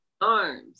arms